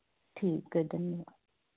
ठीक है धन्यवाद